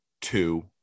two